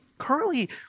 Currently